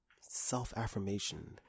self-affirmation